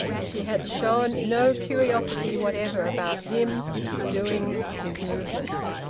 she had shown no curiosity whatever about him, his doings, his movements.